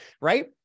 right